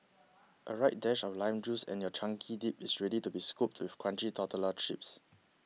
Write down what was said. a right dash of lime juice and your chunky dip is ready to be scooped with crunchy tortilla chips